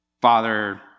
father